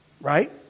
right